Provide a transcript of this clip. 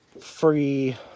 free